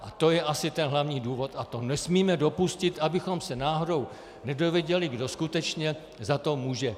A to je asi ten hlavní důvod a to nesmíme dopustit, abychom se náhodou nedověděli, kdo skutečně za to může.